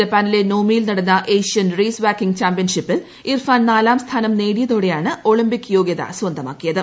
ജപ്പാനിലെ നോമിയിൽ നടന്ന ഏഷ്യൻ റേസ് വാക്കിങ് ചാമ്പ്യൻഷിപ്പിൽ ഇർഫാൻ നാലാം സ്ഥാനം നേടിയതോടെയാണ് ഒളിമ്പിക്സ് യോഗ്യത കരസ്ഥമാക്കിയത്